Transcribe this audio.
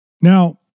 Now